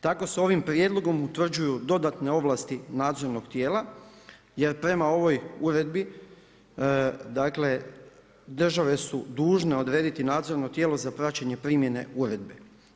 Tako se ovim prijedlogom utvrđuju dodatne ovlasti nadzornog tijela jer prema ovoj uredbi države su dužne odrediti nadzorno tijelo za praćenje primjene uredbe.